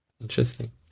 Interesting